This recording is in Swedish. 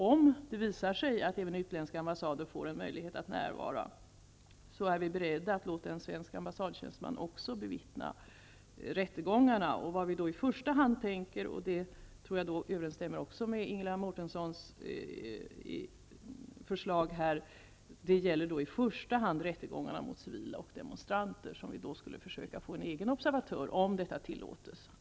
Om det visar sig att även utländska ambassader får närvara är vi beredda att låta en svensk ambassadtjänsteman bevista rättegångarna. Det gäller då i första hand -- och det tror jag också överensstämmer med Ingela Mårtenssons förslag -- att vid rättegångarna mot civila och demonstranter försöka få en egen observatör, om detta tillåts.